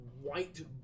white